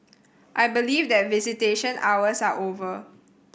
I believe that visitation hours are over